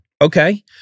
Okay